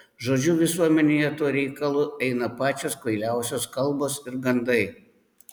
žodžiu visuomenėje tuo reikalu eina pačios kvailiausios kalbos ir gandai